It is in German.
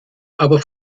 aber